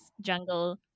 jungle